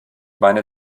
meine